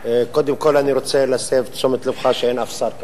קודם כול אני רוצה להסב את תשומת לבך שאין אף שר כאן.